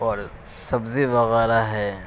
اور سبزی وغیرہ ہے